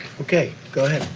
okay. go ahead.